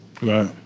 right